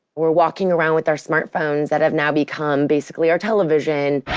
we're walking around with our smart phones that have now become basically our television,